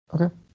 Okay